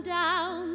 down